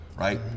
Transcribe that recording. Right